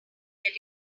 get